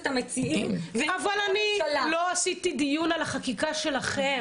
המציעים --- אבל אני לא עשיתי דיון על החקיקה שלכן.